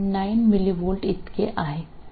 9 mv इतके आहे